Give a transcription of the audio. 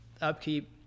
upkeep